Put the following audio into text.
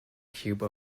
cube